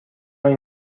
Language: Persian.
این